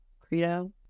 credo